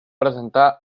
presentar